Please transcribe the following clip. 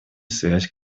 связь